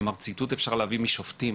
כלומר, ציטוט אפשר להביא מספר "שופטים".